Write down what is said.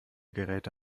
geräte